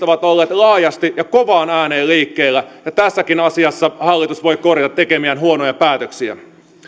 ovat olleet laajasti ja kovaan ääneen liikkeellä ja tässäkin asiassa hallitus voi korjata tekemiään huonoja päätöksiä